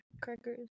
crackers